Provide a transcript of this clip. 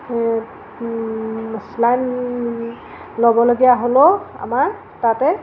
saline ল'বলগীয়া হ'লেও আমাৰ তাতে